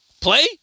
Play